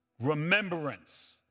remembrance